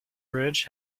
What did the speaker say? bridge